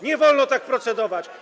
Nie wolno tak procedować.